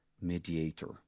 mediator